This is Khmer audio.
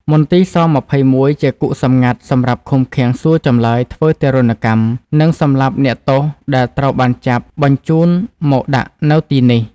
មន្ទីរ ស-២១ជាគុកសម្ងាត់សម្រាប់ឃុំឃាំង សួរចម្លើយ ធ្វើទារុណកម្ម និងសម្លាប់អ្នកទោសដែលត្រូវបានចាប់ បញ្ជូនមកដាក់នៅទីនេះ៖ ។